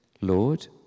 Lord